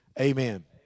amen